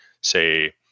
say